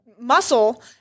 muscle